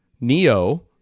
Neo